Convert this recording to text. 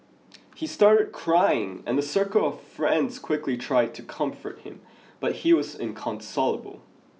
he started crying and a circle of friends quickly tried to comfort him but he was inconsolable